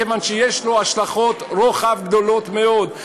כיוון שיש לו השלכות רוחב גדולות מאוד.